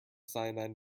cyanide